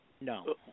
No